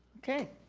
okay,